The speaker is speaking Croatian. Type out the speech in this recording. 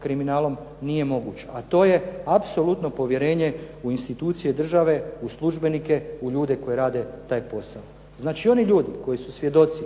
kriminalom nije moguć a to je apsolutno povjerenje u institucije države, u službenike, u ljude koji rade taj posao. Znači, oni ljudi koji su svjedoci,